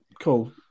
cool